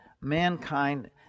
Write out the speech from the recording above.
mankind